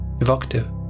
evocative